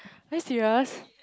are you serious